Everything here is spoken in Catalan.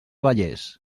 vallés